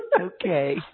okay